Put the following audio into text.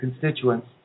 constituents